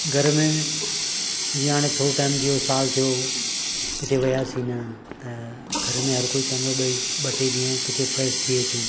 घर में जीअं हाणे थोरो टाइम थियो सालु थियो किथे वियासीं न त घर में हर कोई चवंदो भई ॿ टे ॾींहं किथे फ्रेश थी अचूं